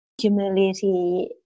humility